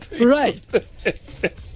right